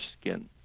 skin